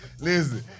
Listen